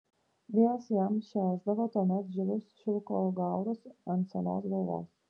vėjas jam šiaušdavo tuomet žilus šilko gaurus ant senos galvos